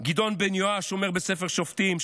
גדעון בן יואש אומר בספר שופטים,